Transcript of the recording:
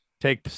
take